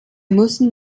müssen